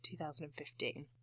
2015